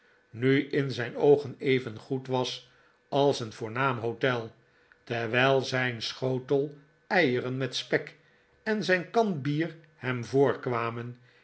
nu in zijn oogen even goed was als een voornaam hotel terwijl zijn schotel eieren met spek en zijn kan bier hem